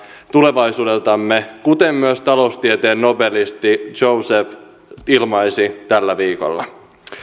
tulevaisuudeltamme kuten myös taloustieteen nobelisti joseph stiglitz ilmaisi tällä viikolla